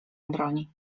obroni